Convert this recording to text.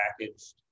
packaged